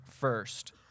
first